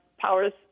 powers